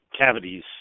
cavities